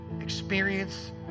experience